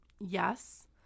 yes